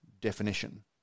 definition